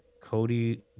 Cody